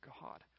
God